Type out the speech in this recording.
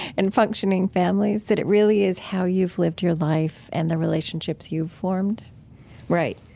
and functioning families. that it really is how you've lived your life, and the relationships you've formed right.